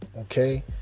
Okay